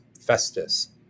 Festus